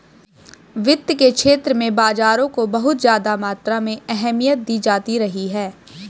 वित्त के क्षेत्र में बाजारों को बहुत ज्यादा मात्रा में अहमियत दी जाती रही है